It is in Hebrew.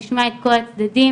נשמע את כל הצדדים,